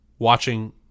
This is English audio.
Watching